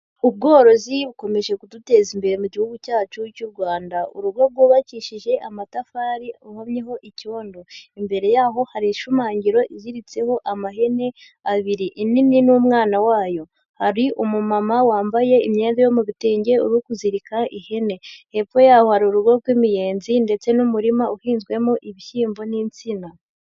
Ubworozi bukomeje kuduteza imbere mu gihugu cyacu cy'u Rwanda. Urugo rwubakishije amatafari ruhomyeho icyondo. Imbere yaho hari ishumangiro iziritseho amahene abiri, inini n'umwana wayo. Hari umumama wambaye imyenda yo mu bitenge uri kuzirika ihene. Hepfo yaho hari urugo rw'imiyenzi ndetse n'umurima uhinzwemo ibishyimbo n'insina.